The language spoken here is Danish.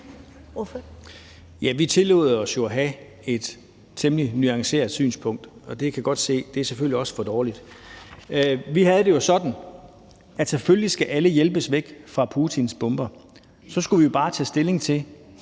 (KF) : Ja, vi tillod os jo at have et temmelig nuanceret synspunkt, og det kan jeg godt se selvfølgelig er for dårligt. Vi havde det sådan, at selvfølgelig skal alle hjælpes væk fra Putins bomber. Så skulle vi bare tage stilling til,